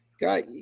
guy